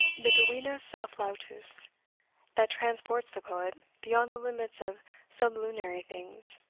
the divinus afflatus that transports the poet beyond the limits of sublunary things.